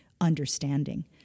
understanding